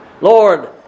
Lord